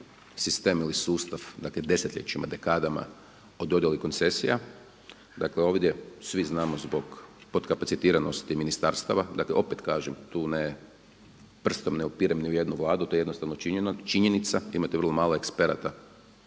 sistem ili sustav, dakle desetljećima, dekadama o dodjeli koncesija. Dakle, ovdje svi znamo zbog podkapacitiranosti ministarstava, dakle opet kažem tu ne, prstom ne upirem ni u jednu vladu, to je jednostavno činjenica. Imate vrlo malo eksperata